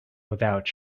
without